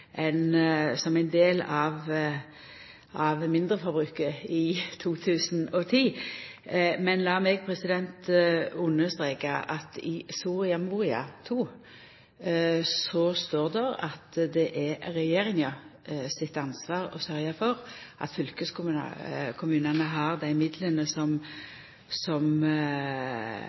som ein del av mindreforbruket i 2010. Men lat meg understreka at i Soria Moria II står det at det er regjeringas ansvar å sørgja for at fylkeskommunane har dei midlane som